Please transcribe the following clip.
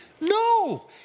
No